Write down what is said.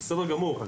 בסדר גמור.